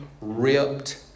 ripped